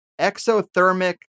exothermic